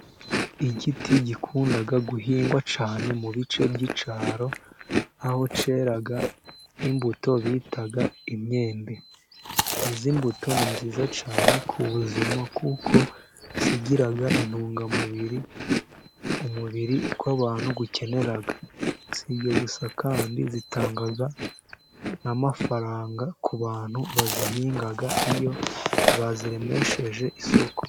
Igiti gikunda guhingwa cyane mu bice by'icyaro, aho cyera imbuto bita imyembe. Izi mbuto ni nziza cyane ku buzima, kuko zigira intungamubiri umubiri w'abantu ukenera. Sibyo gusa kandi zitanga n'amafaranga ku bantu bazihinga, iyo baziremesheje isoko.